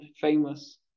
famous